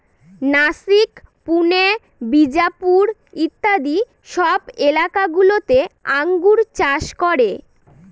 নাসিক, পুনে, বিজাপুর ইত্যাদি সব এলাকা গুলোতে আঙ্গুর চাষ করে